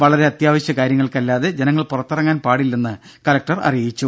വളരെ അത്യാവശ്യ കാര്യങ്ങൾക്കല്ലാതെ ജനങ്ങൾ പുറത്തിറങ്ങാൻ പാടില്ലെന്ന് കലക്ടർ അറിയിച്ചു